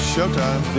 Showtime